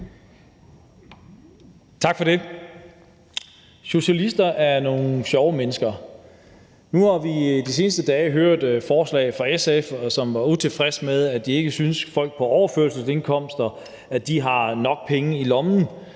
Socialister er nogle sjove mennesker. Nu har vi i de seneste dage hørt forslag fra SF, som var utilfredse, og som ikke synes, at folk på overførselsindkomster har nok penge i lommen,